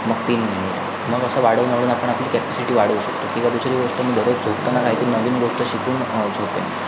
मग तीन महिने मग असं वाढवून वाढवून आपण आपली कॅपॅसिटी वाढवू शकतो किंवा दुसरी गोष्ट मी दररोज झोपताना काही तरी नवीन गोष्ट शिकून झोपेन